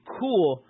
cool